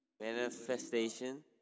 Manifestation